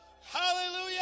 hallelujah